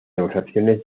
negociaciones